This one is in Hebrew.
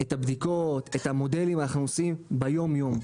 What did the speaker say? את הבדיקות, את המודלים אנחנו עושים ביום יום,